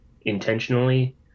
intentionally